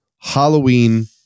Halloween